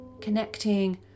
Connecting